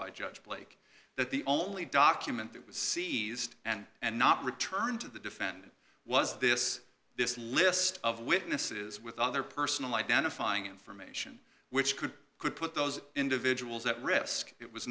by judge blake that the only document that was seized and and not returned to the defendant was this this list of witnesses with all their personal identifying information which could could put those individuals at risk it was